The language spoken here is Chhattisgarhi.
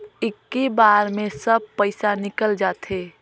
इक्की बार मे सब पइसा निकल जाते?